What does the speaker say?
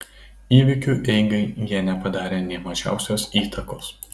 įvykių eigai jie nepadarė nė mažiausios įtakos